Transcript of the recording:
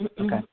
okay